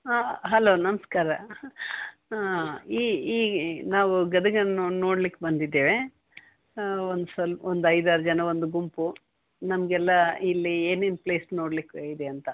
ಹಾಂ ಹಲೋ ನಮಸ್ಕಾರ ಈ ಈ ನಾವು ಗದಗನ ನೋಡ್ಲಿಕ್ಕೆ ಬಂದಿದ್ದೇವೆ ಒನ್ಸೊಲ್ ಒಂದು ಐದು ಆರು ಜನ ಒಂದು ಗುಂಪು ನಮಗೆಲ್ಲ ಇಲ್ಲಿ ಏನೇನು ಪ್ಲೇಸ್ ನೋಡ್ಲಿಕ್ಕೆ ಇದೆ ಅಂತ